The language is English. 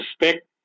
respect